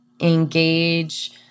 engage